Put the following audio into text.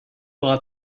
aura